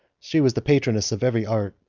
she was the patroness of every art,